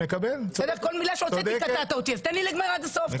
תן לי לדבר עד הסוף.